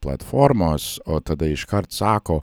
platformos o tada iškart sako